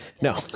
no